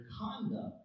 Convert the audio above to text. conduct